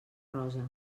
rosa